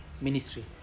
ministry